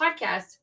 podcast